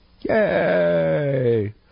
Yay